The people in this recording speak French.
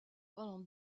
pendant